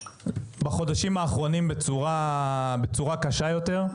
בחודשים האחרונים בצורה קשה יותר.